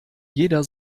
jeder